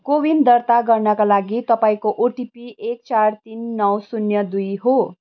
को वीन दर्ता गर्नाका लागि तपाईँको ओटिपी एक चार तिन नौ शून्य दुई हो